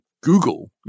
Google